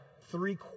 three